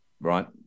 Right